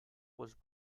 was